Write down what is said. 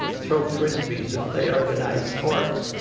throw frisbees and play organized sports